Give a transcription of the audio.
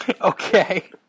Okay